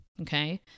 okay